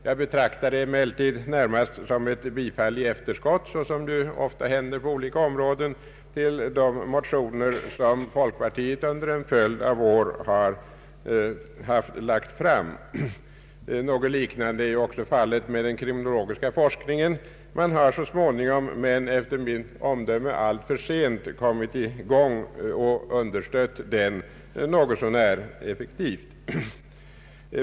Jag betraktar det emellertid närmast som ett bifall i efterskott, vilket ofta händer på olika områden, till de motioner som folkpartiet under en följd av år har lagt fram. Något liknande är fallet med den kriminologiska forskningen. Man har så småningom, men efter mitt omdöme alltför sent, kommit i gång och understött den något så när effektivt.